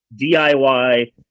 DIY